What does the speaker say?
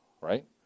right